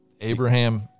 Abraham